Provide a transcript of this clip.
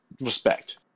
respect